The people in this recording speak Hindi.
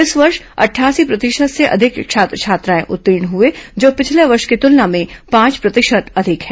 इस वर्ष अठासी प्रतिशत से अधिक छात्र उत्तीर्ण हुए जो पिछले वर्ष की तुलना में पांच प्रतिशत अधिक है